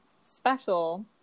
special